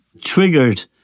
triggered